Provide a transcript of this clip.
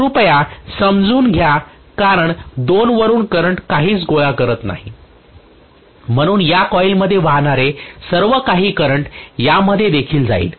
कृपया समजून घ्या कारण 2 वरुन करंट काहीच गोळा करीत नाही म्हणून या कॉईलमध्ये वाहणारे सर्व काही करंट यामध्ये देखील जाईल